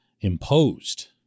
imposed